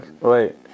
Wait